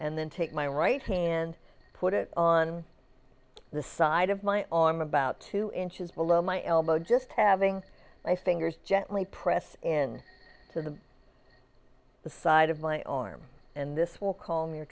and then take my right hand put it on the side of my arm about two inches below my elbow just having my fingers gently press in to the the side of my arm and this will call me